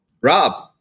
Rob